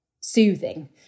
soothing